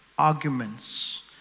arguments